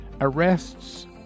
arrests